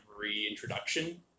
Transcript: reintroduction